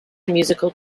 musical